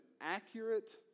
accurate